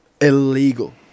illegal